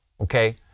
okay